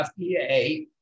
FDA